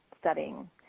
studying